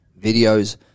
videos